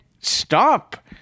stop